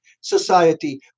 society